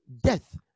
Death